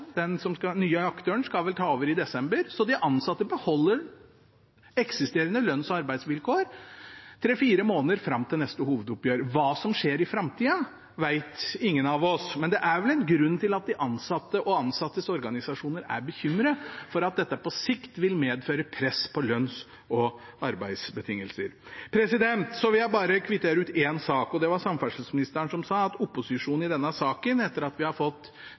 nye aktøren ta over i desember, og de ansatte beholder eksisterende lønns- og arbeidsvilkår i tre–fire måneder fram til neste hovedoppgjør. Hva som skjer i framtida, vet ingen av oss. Men det er vel en grunn til at de ansatte og de ansattes organisasjoner er bekymret for at dette på sikt vil medføre press på lønns- og arbeidsbetingelser. Så vil jeg bare kvittere ut én sak. Samferdselsministeren sa at opposisjonen i denne saken – etter at vi har fått